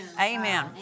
Amen